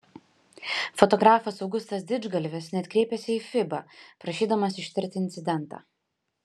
fotografas augustas didžgalvis net kreipėsi į fiba prašydamas ištirti incidentą